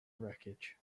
wreckage